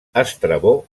estrabó